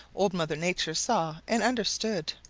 old mother nature saw and understood.